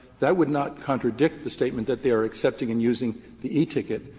that would not contradict the statement that they are accepting and using the e-ticket.